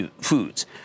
Foods